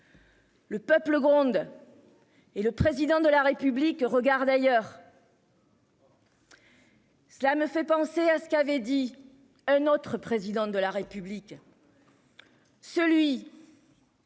Le peuple gronde. Et le président de la République regarde ailleurs. Cela me fait penser à ce qu'avait dit un autre président de la République. Celui.